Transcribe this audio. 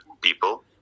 people